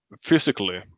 physically